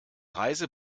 reise